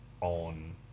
on